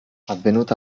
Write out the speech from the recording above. avvenuta